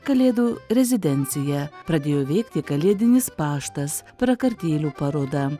kalėdų rezidencija pradėjo veikti kalėdinis paštas prakartėlių paroda